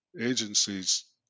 agencies